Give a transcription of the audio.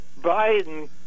Biden